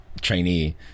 trainee